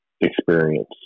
experience